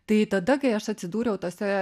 tai tada kai aš atsidūriau tose